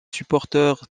supporteurs